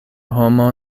homo